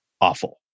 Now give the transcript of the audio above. awful